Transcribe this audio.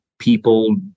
People